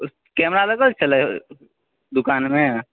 camera लागल छलै दुकानमे